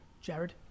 Jared